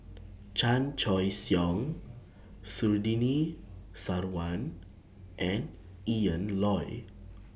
Chan Choy Siong Surtini Sarwan and Ian Loy